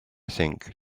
think